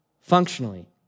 functionally